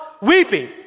weeping